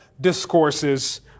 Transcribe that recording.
discourses